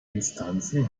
instanzen